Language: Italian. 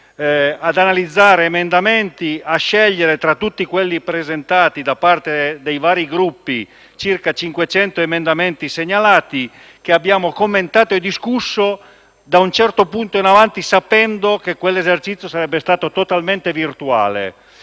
ad analizzare emendamenti; a sceglierne, tra tutti quelli presentati da parte dei vari Gruppi e segnalati, circa 500, che abbiamo commentato e discusso da un certo punto in avanti, sapendo che tutto il lavoro sarebbe stato totalmente virtuale,